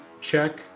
check